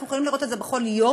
אנחנו יכולים לראות את זה בכל יום,